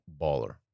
baller